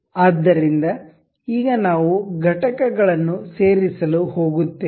ಆದ್ದರಿಂದ ಈಗ ನಾವು ಘಟಕಗಳನ್ನು ಸೇರಿಸಲು ಹೋಗುತ್ತೇವೆ